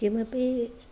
किमपि